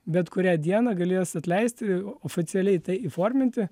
bet kurią dieną galės atleisti oficialiai tai įforminti